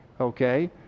okay